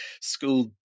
school